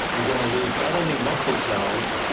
you're going to lose not only muscle cells,